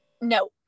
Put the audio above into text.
No